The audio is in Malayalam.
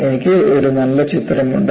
എനിക്ക് ഒരു നല്ല ചിത്രമുണ്ട്